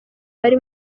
bari